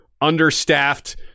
understaffed